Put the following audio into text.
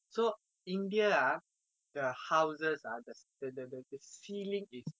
so India ah the houses ah the the the the ceiling is